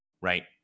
right